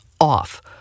off